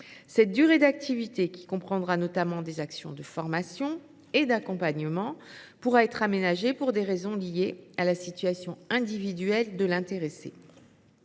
Cette durée d’activité, qui comprendra notamment des actions de formation et d’accompagnement, pourra être aménagée pour des raisons liées à la situation individuelle de l’intéressé.